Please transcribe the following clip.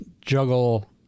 juggle